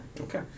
Okay